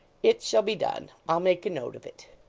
it shall be done. i'll make a note of it